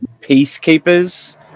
Peacekeepers